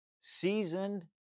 seasoned